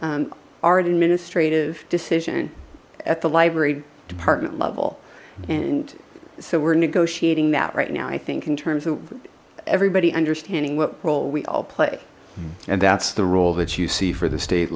an administrative decision at the library department level and so we're negotiating that right now i think in terms of everybody understanding what role we all play and that's the role that you see for the state